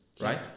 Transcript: Right